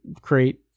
create